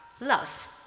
love